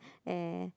eh